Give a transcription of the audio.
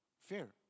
fear